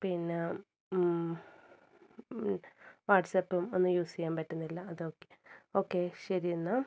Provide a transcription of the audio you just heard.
പിന്നെ വാട്സപ്പും ഒന്നും യൂസ് ചെയ്യാൻ പറ്റുന്നില്ല അത ഓക്കെ ഓക്കെ ശെരി എന്നാൽ